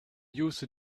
use